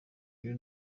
iri